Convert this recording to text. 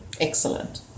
excellent